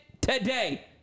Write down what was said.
today